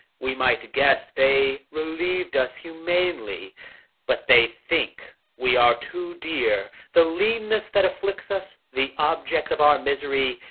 we might guess they relieved us humanely but they think we are too dear the leanness that afflicts us, the object of our misery,